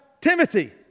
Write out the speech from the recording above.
Timothy